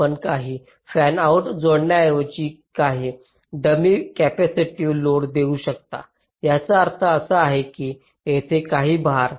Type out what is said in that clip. आपण काही फॅनआउट्स जोडण्याऐवजी काही डमी कॅपेसिटिव्ह लोड देऊ शकता याचा अर्थ असा की येथे काही भार